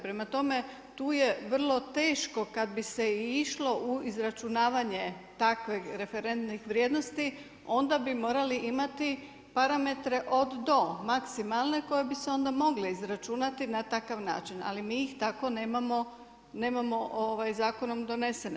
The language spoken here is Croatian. Prema tome, tu je vrlo teško kada bi se i išlo u izračunavanje takvih referentnih vrijednosti onda bi morali imati parametre od do maksimalne koje bi se onda mogle izračunati na takav način ali mi ih tako nemamo, nemamo Zakonom donesene.